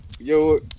Yo